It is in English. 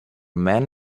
men